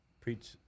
preach